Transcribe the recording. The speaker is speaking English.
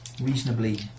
reasonably